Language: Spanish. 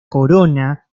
corona